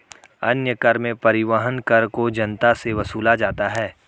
अन्य कर में परिवहन कर को जनता से वसूला जाता है